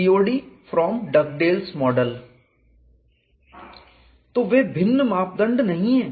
COD from Dugdale's model COD from Dugdale's model तो वे भिन्न मापदंड नहीं हैं